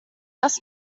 das